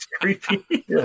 creepy